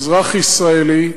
אזרח ישראלי,